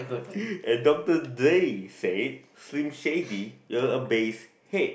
and Doctor Dre said Slim Shady you a base head